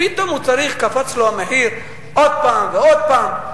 פתאום קפץ לו המחיר עוד פעם ועוד פעם.